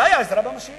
זה היה עזרה ממשית